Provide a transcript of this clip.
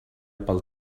pel